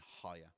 higher